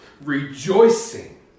rejoicing